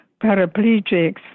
paraplegics